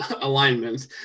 alignment